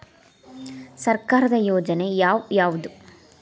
ಸರ್ಕಾರದ ಯೋಜನೆ ಯಾವ್ ಯಾವ್ದ್?